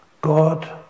God